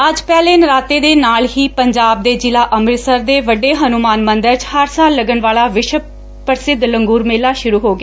ਅਜ ਪਹਿਲੇ ਨਰਾਤੇ ਦੇ ਨਾਲ ਹੀ ਪੰਜਾਬ ਦੇ ਜ਼ਿਲ੍ਹਾ ਅੰਮ੍ਰਿਤਸਰ ਦੇ ਵੱਡੇ ਹੰਨੁਮਾਨ ਮੰਦਰ ਚ ਹਰ ਸਾਲ ਲੱਗਣ ਵਾਲਾ ਵਿਸ਼ਵ ਪ੍ਰਸਿੱਧ ਲੰਗੂਰ ਮੇਲਾ ਸੁਰੂ ਹੋ ਗਿਆ